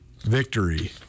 victory